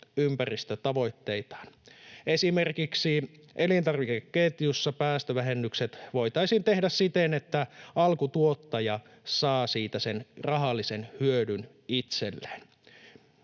ympäristötavoitteitaan. Esimerkiksi elintarvikeketjussa päästövähennykset voitaisiin tehdä siten, että alkutuottaja saa siitä sen rahallisen hyödyn itselleen.